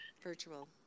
virtual